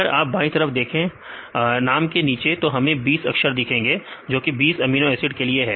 अगर आप बाई तरफ देखें नाम के नीचे तो हमें 20 अक्षर दिखेंगे जोकि 20 अमीनो एसिड के लिए है